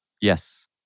Yes